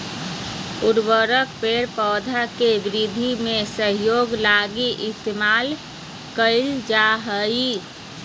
उर्वरक पेड़ पौधा के वृद्धि में सहायता लगी इस्तेमाल कइल जा हइ